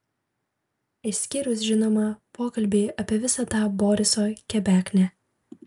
išskyrus žinoma pokalbį apie visą tą boriso kebeknę